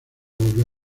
volvió